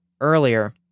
Earlier